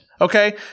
Okay